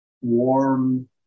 warm